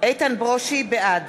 בעד